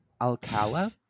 Alcala